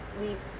we